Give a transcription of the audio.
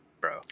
bro